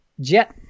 jet